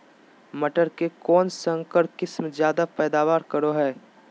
मटर के कौन संकर किस्म जायदा पैदावार करो है?